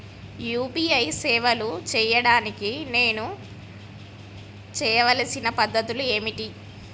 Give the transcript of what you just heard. UPI సేవలు చేయడానికి నేను చేయవలసిన పద్ధతులు ఏమిటి?